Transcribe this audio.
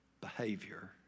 behavior